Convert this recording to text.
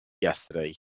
yesterday